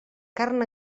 carn